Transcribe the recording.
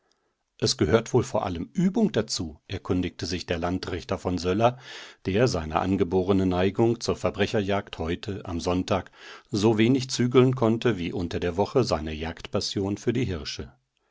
es gehört wohl vor allem übung dazu erkundigte sich der landrichter von söller der seine angeborene neigung zur verbrecherjagd heute am sonntag so wenig zügeln konnte wie unter der woche seine jagdpassion für die hirsche